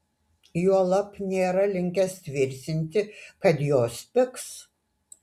juolab nėra linkęs tvirtinti kad jos pigs